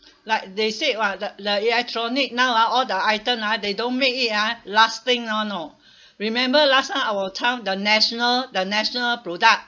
like they said !wah! the the electronic now ah all the item ah they don't make it ah lasting [one] know remember last time our time the national the national product